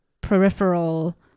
peripheral